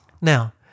Now